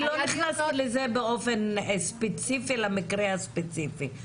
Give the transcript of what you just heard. אני לא נכנסת ספציפית למקרה הספציפי.